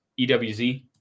EWZ